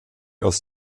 aus